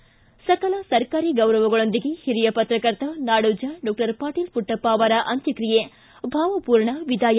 ಸ್ತಿ ಸಕಲ ಸರ್ಕಾರಿ ಗೌರವಗಳೊಂದಿಗೆ ಹಿರಿಯ ಪತ್ರಕರ್ತ ನಾಡೋಜ ಡಾಕ್ಟರ್ ಪಾಟೀಲ ಪುಟ್ಟಪ್ಪ ಅವರ ಅಂತ್ಯಕ್ರಿಯೆ ಭಾವಪೂರ್ಣ ವಿದಾಯ